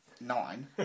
nine